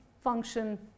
function